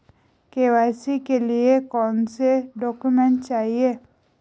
KYC के लिए कौनसे डॉक्यूमेंट चाहिये?